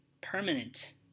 permanent